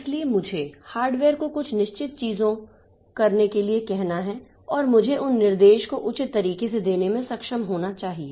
इसलिए मुझे हार्डवेयर को कुछ निश्चित चीजों करने के लिए कहना है और मुझे उन निर्देश को उचित तरीके से देने में सक्षम होना चाहिए